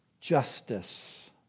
justice